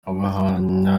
abanya